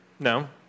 No